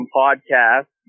podcast